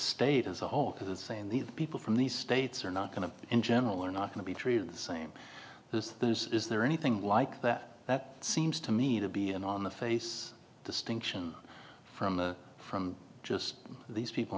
state as a whole because it's saying the people from these states are not going to in general are not going to be treated the same as theirs is there anything like that that seems to me to be an on the face distinction from the from just these people